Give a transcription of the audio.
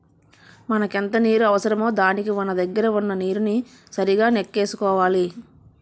మనకెంత నీరు అవసరమో దానికి మన దగ్గర వున్న నీరుని సరిగా నెక్కేసుకోవాలి